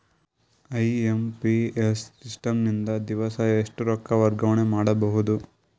IMPS system ನಿಂದ ದಿವಸಾ ಎಷ್ಟ ರೊಕ್ಕ ವರ್ಗಾವಣೆ ಮಾಡಬಹುದು?